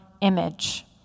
image